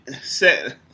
Set